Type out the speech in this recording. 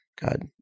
God –